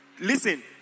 Listen